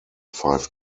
five